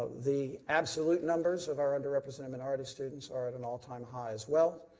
the absolute numbers of our under representative minority students are at an all-time high as well.